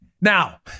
Now